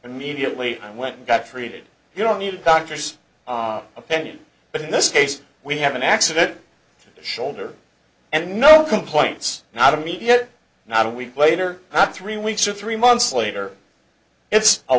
immediately and went and got treated you don't need a doctor's opinion but in this case we have an accident shoulder and no complaints not immediate not a week later not three weeks or three months later it's a